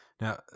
Now